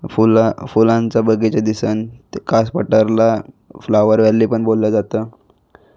फुलं फुलांचा बगीचा दिसन तर कास पठारला फ्लॉवरव्हॅली पण बोललं जातं